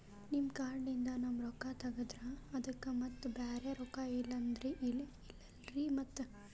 ನಿಮ್ ಕಾರ್ಡ್ ಲಿಂದ ನಮ್ ರೊಕ್ಕ ತಗದ್ರ ಅದಕ್ಕ ಮತ್ತ ಬ್ಯಾರೆ ರೊಕ್ಕ ಇಲ್ಲಲ್ರಿ ಮತ್ತ?